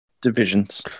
divisions